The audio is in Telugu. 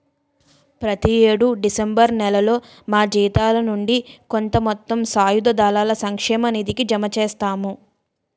ప్రతి యేడు డిసెంబర్ నేలలో మా జీతాల నుండి కొంత మొత్తం సాయుధ దళాల సంక్షేమ నిధికి జమ చేస్తాము